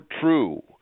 true